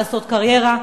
לעשות קריירה,